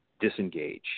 disengage